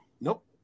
Nope